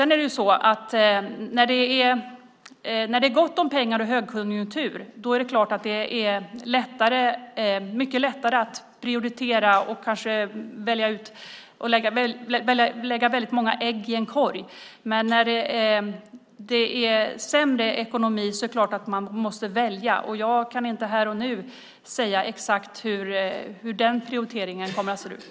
När det är gott om pengar och det är högkonjunktur är det självklart mycket lättare att prioritera och att lägga väldigt många ägg i en korg. Men när ekonomin är sämre måste man givetvis välja. Jag kan inte här och nu exakt säga hur prioriteringen kommer att se ut.